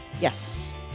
Yes